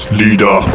leader